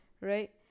right